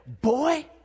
boy